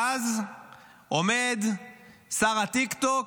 ואז עומד שר הטיקטוק